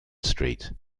street